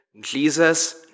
Jesus